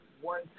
one